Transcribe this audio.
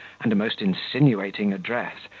and a most insinuating address,